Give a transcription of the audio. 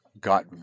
got